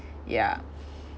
ya